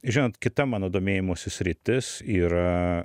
žinot kita mano domėjimosi sritis yra